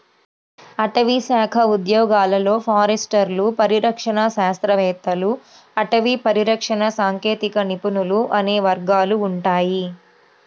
అటవీశాఖ ఉద్యోగాలలో ఫారెస్టర్లు, పరిరక్షణ శాస్త్రవేత్తలు, అటవీ పరిరక్షణ సాంకేతిక నిపుణులు అనే వర్గాలు ఉంటాయి